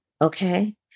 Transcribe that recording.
okay